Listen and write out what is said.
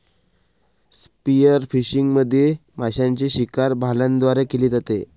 spearfishing मधील माशांची शिकार भाल्यांद्वारे केली जाते